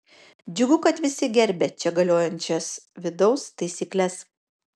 džiugu kad visi gerbia čia galiojančias vidaus taisykles